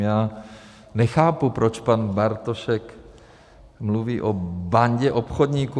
Já nechápu, proč pan Bartošek mluví o bandě obchodníků.